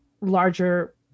larger